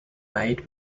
made